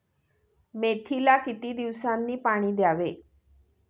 मेथीला किती दिवसांनी पाणी द्यावे?